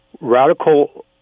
radical